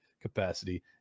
capacity